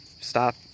stop